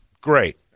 great